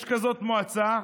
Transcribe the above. יש מועצה כזאת.